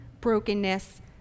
brokenness